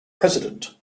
president